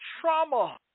trauma